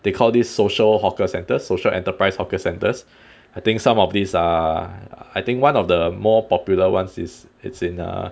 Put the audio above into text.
they call this social hawker centres social enterprise hawker centres I think some of these are I think one of the more popular [ones] is it's in err